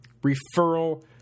referral